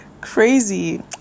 crazy